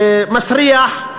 מסריח,